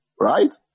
right